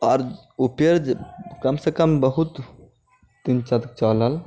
आओर उ पेड़ जे कम सँ कम बहुत दिन तक चलल